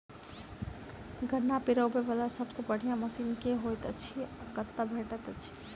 गन्ना पिरोबै वला सबसँ बढ़िया मशीन केँ होइत अछि आ कतह भेटति अछि?